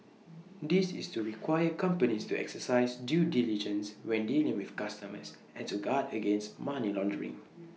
this is to require companies to exercise due diligence when dealing with customers and to guard against money laundering